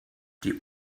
die